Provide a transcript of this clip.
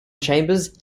chambers